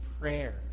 prayer